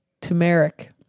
Turmeric